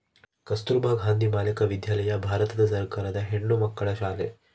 ಕಸ್ತುರ್ಭ ಗಾಂಧಿ ಬಾಲಿಕ ವಿದ್ಯಾಲಯ ಭಾರತ ಸರ್ಕಾರದ ಹೆಣ್ಣುಮಕ್ಕಳ ಶಾಲೆ